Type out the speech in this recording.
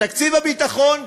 תקציב הביטחון,